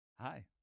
Hi